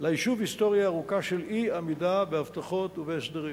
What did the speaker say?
וליישוב היסטוריה ארוכה של אי-עמידה בהבטחות ובהסדרים.